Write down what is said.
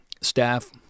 staff